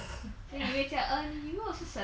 then 你会讲 err 你以为我是神 ah